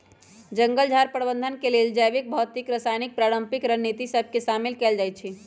जंगल झार प्रबंधन के लेल जैविक, भौतिक, रासायनिक, पारंपरिक रणनीति सभ के शामिल कएल जाइ छइ